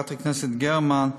לחברת הכנסת גרמן,